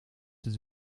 het